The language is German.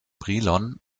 brilon